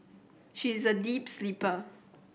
she is a deep sleeper